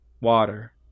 water